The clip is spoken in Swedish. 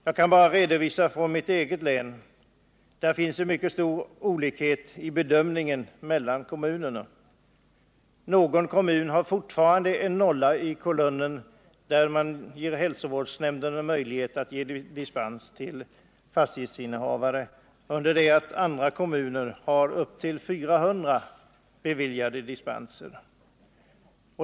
Jag kan bara redovisa att det i mitt eget län finns mycket stora olikheter i bedömningen i och mellan kommunerna. Någon kommun har fortfarande en nolla i kolumnen där hälsovårdsnämnden har möjlighet att ge dispens till fastighetsinnehavare. Andra kommuner har upp till 400 beviljade dispenser.